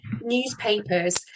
newspapers